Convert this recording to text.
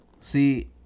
See